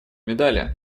медали